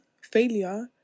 failure